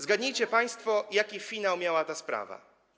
Zgadnijcie państwo, jaki finał miała ta sprawa.